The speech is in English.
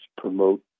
promote